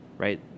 right